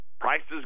Prices